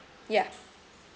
yeah